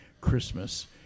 Christmas